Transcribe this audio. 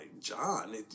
John